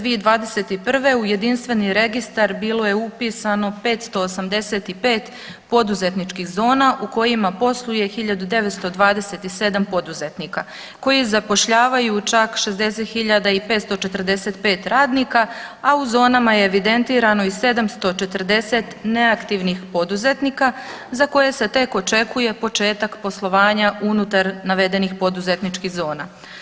2021. u Jedinstveni registar bilo je upisano 585 poduzetničkih zona u kojima posluje 1 927 poduzetnika koji zapošljavaju čak 60 545 radnika, a u zonama je evidentirano i 740 neaktivnih poduzetnika za koje se tek očekuje počekat poslovanja unutar navedenih poduzetničkih zona.